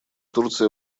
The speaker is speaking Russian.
турция